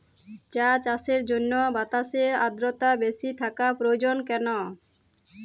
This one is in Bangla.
চা চাষের জন্য বাতাসে আর্দ্রতা বেশি থাকা প্রয়োজন কেন?